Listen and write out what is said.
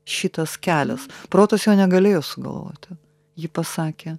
šitas kelias protas jau negalėjo sugalvoti ji pasakė